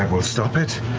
um will stop it.